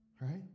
Right